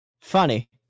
Funny